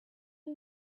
you